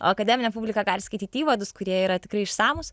o akademinė publika gali skaityt įvadus kurie yra tikrai išsamūs